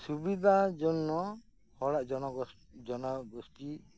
ᱥᱩᱵᱤᱫᱟ ᱡᱚᱱᱱᱚ ᱦᱚᱲᱟᱜ ᱡᱚᱱᱚ ᱡᱚᱱᱚ ᱜᱳᱥᱴᱤ